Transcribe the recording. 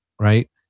right